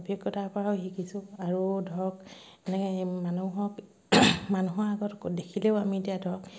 অভিজ্ঞতাৰ পৰাও শিকিছোঁ আৰু ধৰক এনেকৈ মানুহক মানুহৰ আগত দেখিলেও আমি এতিয়া ধৰক